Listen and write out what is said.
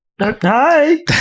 Hi